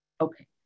Okay